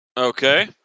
Okay